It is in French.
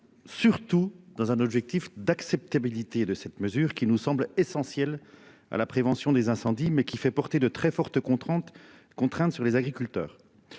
surtout dans un objectif d'acceptabilité de cette mesure qui nous semble essentiel à la prévention des incendies, mais qui fait porter de très fortes contraintes, contraintes sur les agriculteurs.